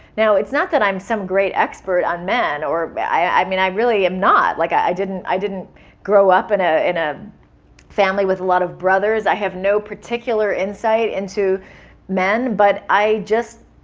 now, it's not that i'm some great expert on men. but i mean, i really am not. like, i didn't i didn't grow up in ah in a family with a lot of brothers. i have no particular insight into men, but i just.